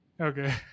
Okay